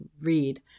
read